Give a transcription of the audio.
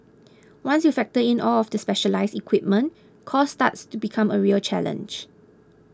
once you factor in all of the specialised equipment cost starts to become a real challenge